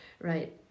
right